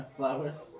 Flowers